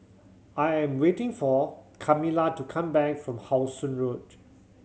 I am waiting for Kamila to come back from How Sun Road